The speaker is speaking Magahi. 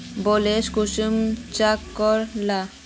बैलेंस कुंसम चेक करे लाल?